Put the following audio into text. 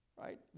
right